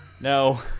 No